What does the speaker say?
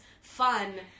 fun